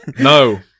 No